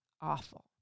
awful